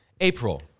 April